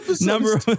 Number